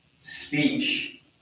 Speech